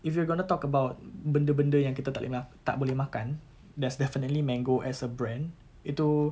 if we're going to talk about benda-benda yang kita tak boleh ma~ tak boleh makan there's definitely mango as a brand itu